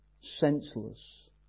senseless